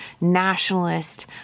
nationalist